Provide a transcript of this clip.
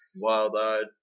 Wild-eyed